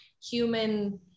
human